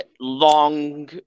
long